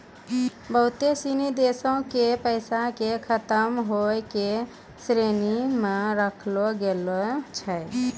बहुते सिनी देशो के पैसा के खतम होय के श्रेणी मे राखलो गेलो छै